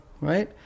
right